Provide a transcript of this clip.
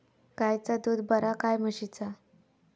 गायचा दूध बरा काय म्हशीचा?